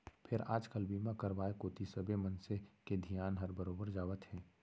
फेर आज काल बीमा करवाय कोती सबे मनसे के धियान हर बरोबर जावत हे